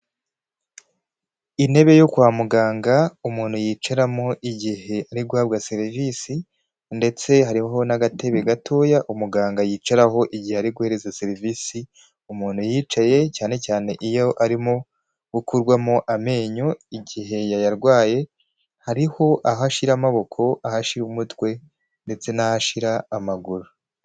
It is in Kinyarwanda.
Intebe yo kwa muganga umuntu yicaramo igihe ariguhabwa serivisi ndetse hariho n'agatebe gatoya umuganga yicaraho igihe ariguhereza serivisi umuntu yicaye cyane cyane iyo arimo gukurwamo amenyo igihe yayarwaye, hariho aho ashira amaboko, aho ashira umutwe, ndetse n'aho ashira amaguru.